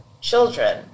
children